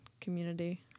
community